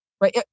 right